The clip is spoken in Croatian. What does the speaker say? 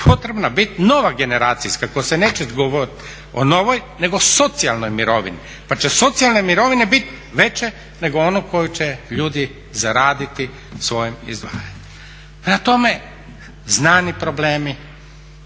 potrebna bit nova generacijska koja se neće govorit o novoj, nego socijalnoj mirovini, pa će socijalne mirovine bit veće nego one koju će ljudi zaraditi svojim izdvajanjem. Prema tome, znani problemi,